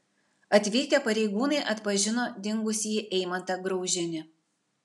atvykę pareigūnai atpažino dingusįjį eimantą graužinį